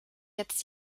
jetzt